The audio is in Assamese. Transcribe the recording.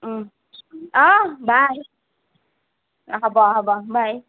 অঁ বাই হ'ব হ'ব বাই